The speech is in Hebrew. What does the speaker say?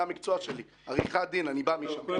זה המקצוע שלי עריכת דין אני בא משם.